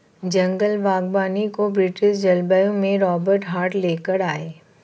जंगल बागवानी को ब्रिटिश जलवायु में रोबर्ट हार्ट ले कर आये